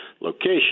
location